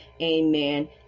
amen